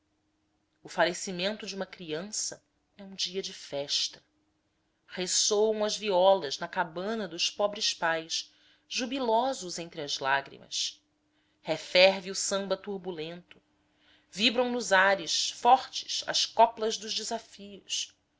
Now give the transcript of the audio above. o falecimento de uma criança é um dia de festa ressoam as violas na cabana dos pobres pais jubilosos entre as lágrimas referve o samba turbulento vibram nos ares fortes as coplas dos desafios